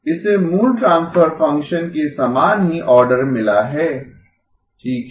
इसे मूल transfer function के समान ही ऑर्डर मिला है ठीक है